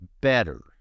better